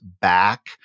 back